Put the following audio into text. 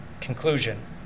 Conclusion